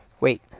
Wait